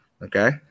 Okay